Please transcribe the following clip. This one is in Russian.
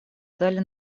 дали